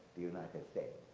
the united states,